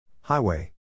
Highway